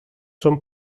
són